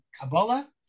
Kabbalah